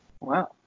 Wow